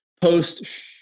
post